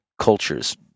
cultures